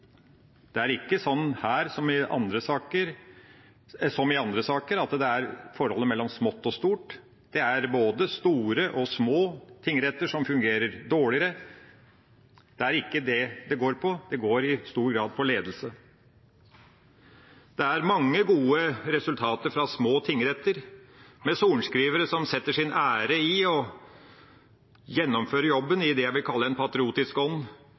Det er ikke sånn her – som det er i andre saker – at det er forholdet mellom smått og stort. Det er både store og små tingretter som fungerer dårligere. Det er ikke det det går på. Det går i stor grad på ledelse. Det er mange gode resultater fra små tingretter, med sorenskrivere som setter sin ære i å gjennomføre jobben i det jeg vil kalle en patriotisk